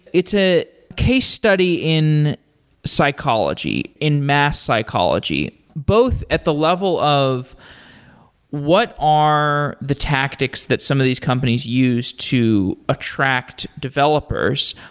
it's a case study in psychology, in mass psychology, both at the level of what are the tactics that some of these companies use to attract developers,